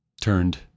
turned